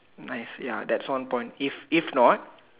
nice ya that's one point if if not